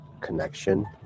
connection